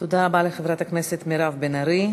תודה רבה לחברת הכנסת מירב בן ארי.